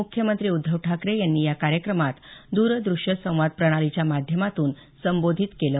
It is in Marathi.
मुख्यमंत्री उद्धव ठाकरे यांनी या कार्यक्रमात द्रद्रष्य संवाद प्रणालीच्या माध्यमातून संबोधित केलं